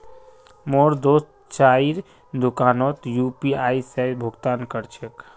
मोर दोस्त चाइर दुकानोत यू.पी.आई स भुक्तान कर छेक